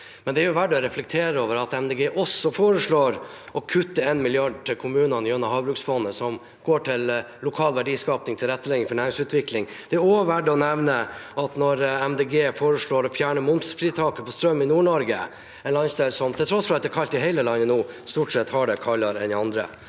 Det er verdt å reflektere over at Miljøpartiet De Grønne også foreslår å kutte 1 mrd. kr til kommunene gjennom Havbruksfondet, som går til lokal verdiskaping og tilrettelegging for næringsutvikling. Det er også verdt å nevne at Miljøpartiet De Grønne foreslår å fjerne momsfritaket på strøm i Nord-Norge, en landsdel som til tross for at det er kaldt i hele landet nå, stort sett har det kaldere enn andre,